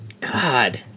God